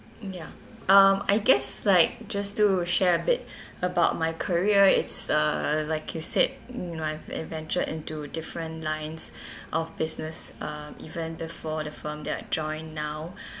ya um I guess like just to share a bit about my career it's uh like you said you know I've ventured into different lines of business um even before the firm that I join now